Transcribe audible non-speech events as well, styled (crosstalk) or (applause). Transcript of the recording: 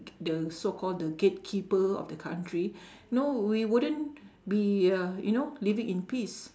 k~ the so call the gate-keeper of the country (breath) no we wouldn't be uh you know living in peace